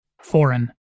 foreign